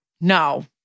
No